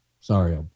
sorry